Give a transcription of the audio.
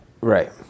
Right